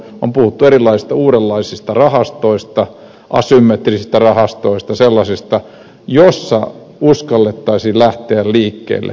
on puhuttu erilaisista uudenlaisista rahastoista asymmetrisistä rahastoista sellaisista joissa uskallettaisiin lähteä liikkeelle